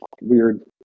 weird